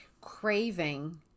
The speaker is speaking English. craving